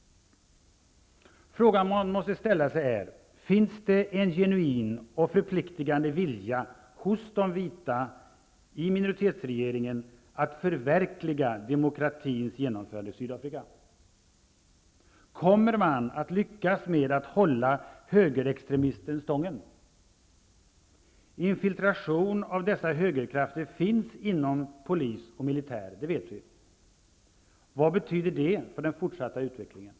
Frågan man måste ställa sig är: Finns det en genuin och förpliktande vilja hos de vita i minoritetsregeringen att förverkliga demokratins genomförande i Sydafrika? Kommer man att lyckas med att hålla högerextremismen stången? Infiltration av dessa högerkrafter finns inom polis och militär -- det vet vi. Vad betyder det för den fortsatta utvecklingen?